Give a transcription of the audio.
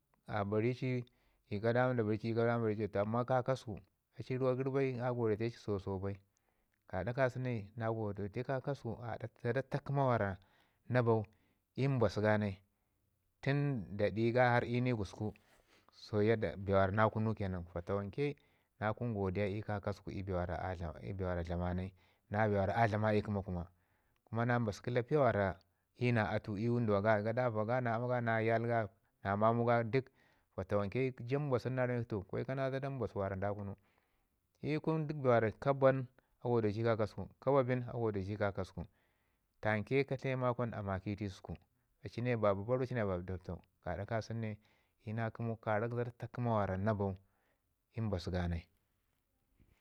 nda bari ci i ka daman bai ci toh amman kakasəku a li ruwa gəri bai a goreti ci so so bai. Gaɗa ka sunu ne na godere kakasəku aɗak zada ta kəma na bau i mbasu ga mai tun da ɗi ga i ni gusku so yadda bee wara na kunu ke nan fatawanke na kun godiya ii kakasəku ikun be wanda a dlamanai na bee wara a dlama i kəma kuma kuma mbasu kəlapiya wanda ina atu i wunduwa ga na aama ga na yai ga na mamu ga duk fatawanke ja mbasu nin na ramekshi toh kwe kana zada mbasu mi nda kunu, i kun be wara ka ban a gode ti kakasəku ka ba bin a godeti kakasəku fanake ka tle makau nin a maki ii ri səku a li ne babu baru a ci ne baci dabtau gaɗa kasən ne i na kəmu karak zada ta kəma mi wara nu bau i mbasu ga nai